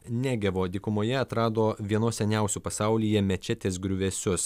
negevo dykumoje atrado vienos seniausių pasaulyje mečetės griuvėsius